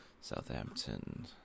Southampton